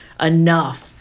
enough